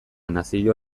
nazio